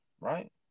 right